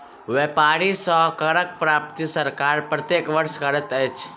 व्यापारी सॅ करक प्राप्ति सरकार प्रत्येक वर्ष करैत अछि